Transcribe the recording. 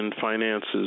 finances